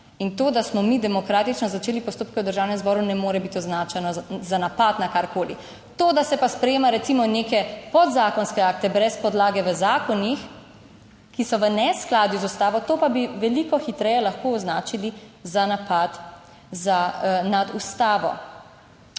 in to, da smo mi demokratično začeli postopke v Državnem zboru, ne more biti označeno za napad na karkoli. To, da se pa sprejema recimo neke podzakonske akte brez podlage v zakonih, ki so v neskladju z Ustavo, to pa bi veliko hitreje lahko označili za napad nad Ustavo.